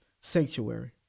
sanctuary